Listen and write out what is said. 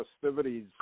festivities